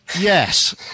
Yes